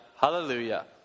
hallelujah